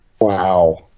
Wow